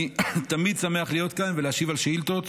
אני תמיד אני שמח להיות כאן ולהשיב על שאילתות.